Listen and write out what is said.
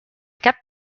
cap